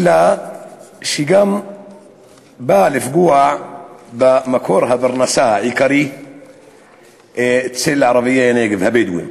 אלא שהיא גם באה לפגוע במקור הפרנסה העיקרי אצל ערביי הנגב הבדואים,